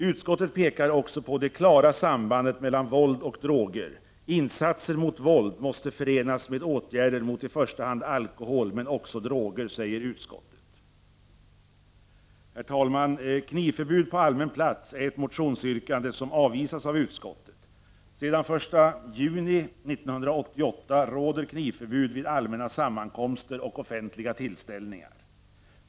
Utskottet pekar också på det klara sambandet mellan våld och droger. Insatser mot våld måste förenas med åtgärder mot i första hand alkohol, men också mot droger, säger utskottet. Herr talman! Knivförbud på allmän plats är ett motionsyrkande som avvisas av utskottet. Sedan den 1 juni 1988 råder knivförbud vid allmänna sammankomster och offentliga tillställningar.